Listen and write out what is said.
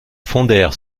fondèrent